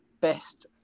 best